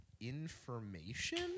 information